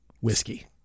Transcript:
whiskey